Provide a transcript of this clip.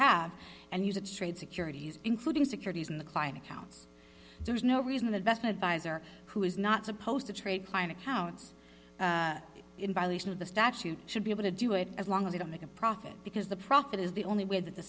have and use it to trade securities including securities in the client accounts there's no reason the best advisor who is not supposed to trade client accounts in violation of the statute should be able to do it as long as they don't make a profit because the profit is the only way that the